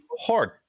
hard